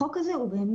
החוק הזה פוגע,